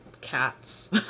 cats